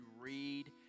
read